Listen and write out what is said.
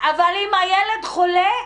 אבל אם הילד חולה,